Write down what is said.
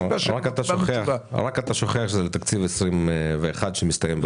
אתה שוכח שזה לתקציב 2021 שמסתיים.